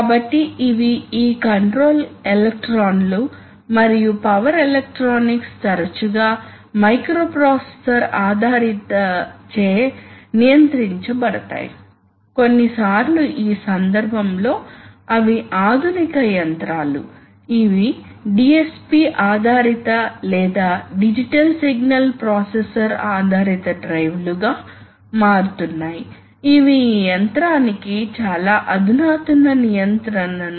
కాబట్టి అటువంటి సందర్భాలలో మీరు న్యూమాటిక్ సిలిండర్స్ ఉపయోగించవచ్చు మరియు అవి వివిధ రకాలుగా ఉండవచ్చు ఇక్కడ స్ప్రింగ్ లోడెడ్ కావచ్చు కాబట్టి ఒక వైపు నుండి మీరు ప్రెషర్ ని వర్తింపజేస్తారు కాబట్టి ఇది ఈ వైపు మాత్రమే కదులుతుంది రెట్రాక్షన్ సాధారణంగా ఒక స్ప్రింగ్ ద్వారా ఉంటుంది తద్వారా మీకు నిజంగా మరొక వైపు కదలిక అవసరం లేదుమీకు డబుల్ యాక్టింగ్ సిలిండర్ ఉంటే కనెక్ట్ చేసే రాడ్ ఈ విధంగా రెండు విధాలుగా కదలవచ్చు మరియు మీరు పిస్టన్ యొక్క రెండు వైపులా ప్రెషర్ ని వర్తించవచ్చు